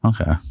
Okay